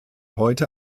heute